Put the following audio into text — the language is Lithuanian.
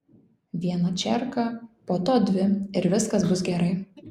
vieną čerką po to dvi ir viskas bus gerai